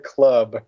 Club